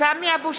סמי אבו